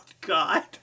God